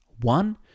One